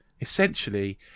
Essentially